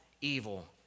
evil